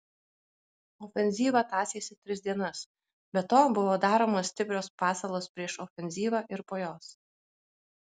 ofenzyva tąsėsi tris dienas be to buvo daromos stiprios pasalos prieš ofenzyvą ir po jos